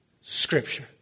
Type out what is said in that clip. Scripture